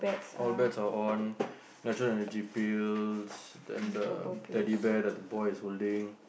all bets are on natural energy pills then the Teddy Bear that the boy is holding